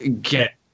get